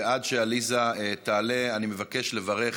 ועד שעליזה תעלה, אני מבקש לברך